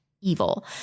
evil